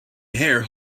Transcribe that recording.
hair